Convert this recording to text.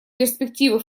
перспективы